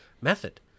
method